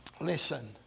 Listen